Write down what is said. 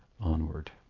onward